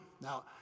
Now